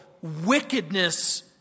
wickedness